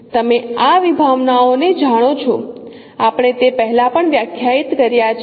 તમે આ વિભાવનાઓને જાણો છો આપણે તે પહેલા પણ વ્યાખ્યાયિત કર્યા છે